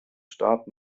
staat